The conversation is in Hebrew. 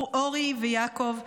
אורי ויעקב,